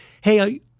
hey